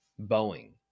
Boeing